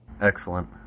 Excellent